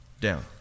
down